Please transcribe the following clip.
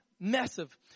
massive